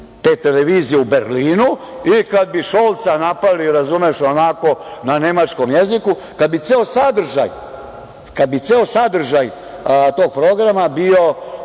te televizije u Berlinu i kada bi Šolca napali, razumeš, onako na nemačkom jeziku, kada bi ceo sadržaj tog programa bio